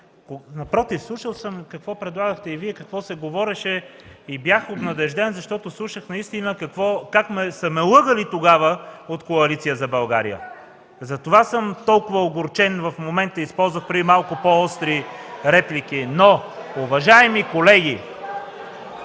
напротив, слушал съм какво предлагате и Вие, какво се говореше и бях обнадежден, защото слушах наистина как са ме лъгали тогава от Коалиция за България. Затова съм толкова огорчен в момента и използвах преди малко по-остри реплики. (Реплики